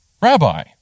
Rabbi